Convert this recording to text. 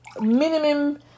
minimum